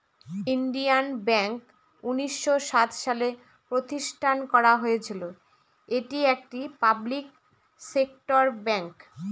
Indian bank উনিশশো সাত সালে প্রতিষ্ঠান করা হয়েছিল এটি একটি পাবলিক সেক্টর ব্যাঙ্ক